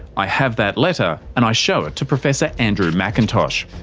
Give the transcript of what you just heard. i have that letter and i show it to professor andrew macintosh.